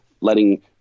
letting